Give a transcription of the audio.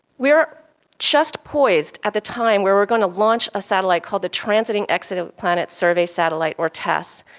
we are just poised at the time where we are going to launch a satellite called the transiting exoplanet survey satellite or tess,